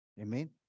Amen